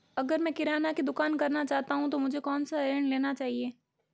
अगर मैं किराना की दुकान करना चाहता हूं तो मुझे कौनसा ऋण लेना चाहिए?